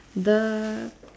the